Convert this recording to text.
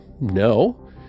No